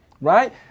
right